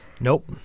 Nope